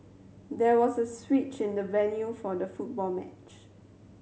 there was a switch in the venue for the football match